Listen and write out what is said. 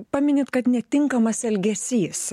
paminit kad netinkamas elgesys